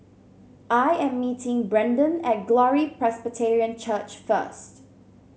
I am meeting Brendon at Glory Presbyterian Church first